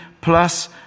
plus